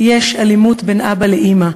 יש אלימות בין אבא לאימא.